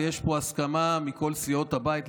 ויש פה הסכמה של כל סיעות הבית,